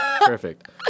Perfect